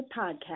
Podcast